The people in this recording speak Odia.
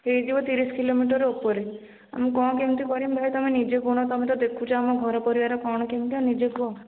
ହେଇଯିବ ତିରିଶ କିଲୋମିଟର୍ ଉପରେ ଆଉ ମୁଁ କ'ଣ କେମିତି କରିବି ଭାଇ ତମେ ନିଜେ କହୁନ ତମେ ତ ଦେଖୁଛ ଆମ ଘର ପରିବାର କ'ଣ କେମିତିଆ ନିଜେ କୁହ